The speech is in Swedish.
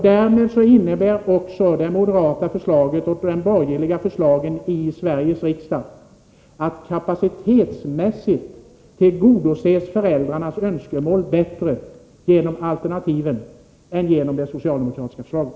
Därmed innebär också det moderata förslaget och de borgerliga förslagen i Sveriges riksdag att föräldrarnas önskemål tillgodoses kapacitetsmässigt bättre än vad som är fallet med det socialdemokratiska förslaget.